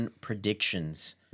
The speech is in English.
predictions